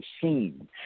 seen